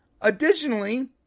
Additionally